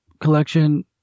collection